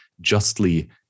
justly